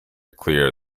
clear